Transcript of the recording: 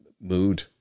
mood